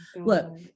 look